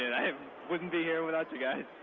i wouldn't be here without you guys.